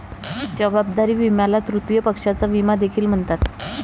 जबाबदारी विम्याला तृतीय पक्षाचा विमा देखील म्हणतात